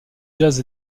jazz